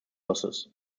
losses